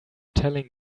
telling